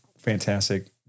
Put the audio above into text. Fantastic